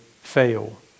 fail